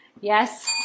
Yes